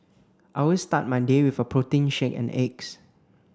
I always start my day with a protein shake and eggs